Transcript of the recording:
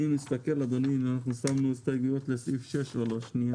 אני מסתכל אם שמנו הסתייגויות לסעיף (6) או לא שנייה אחת.